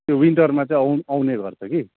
त्यो विन्टरमा चाहिँ आउने गर्छ कि